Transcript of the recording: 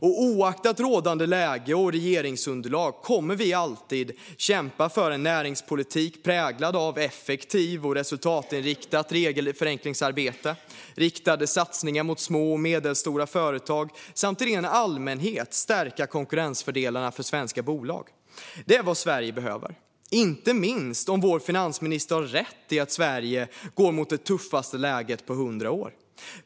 Oavsett rådande läge och regeringsunderlag kommer vi alltid att kämpa för en näringspolitik präglad av effektivt och resultatinriktat regelförenklingsarbete, riktade satsningar till små och medelstora företag samt i ren allmänhet stärka konkurrensfördelarna för svenska bolag. Det är vad Sverige behöver, inte minst om vår finansminister har rätt i att Sverige går mot det tuffaste läget på hundra år.